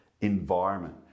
environment